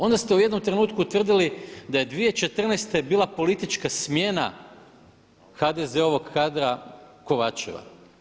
Onda ste u jednom trenutku tvrdili da je 2014. bila politička smjena HDZ-ovog kadra Kovačeva.